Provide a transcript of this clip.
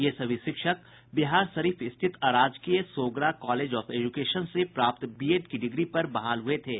ये सभी शिक्षक बिहारशरीफ स्थित अराजकीय सोगरा कॉलेज ऑफ एजुकेशन से प्राप्त बीएड की डिग्री पर बहाल हुए थे